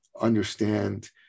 understand